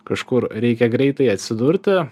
kažkur reikia greitai atsidurti